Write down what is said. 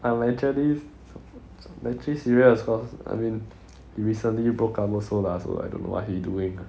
I am actually I'm actually serious cause I mean they recently broke up also lah so I don't know what he doing